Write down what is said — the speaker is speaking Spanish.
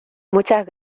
muchas